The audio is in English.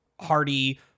hearty